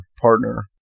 partner